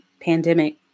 pandemic